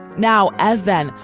now, as then,